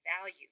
value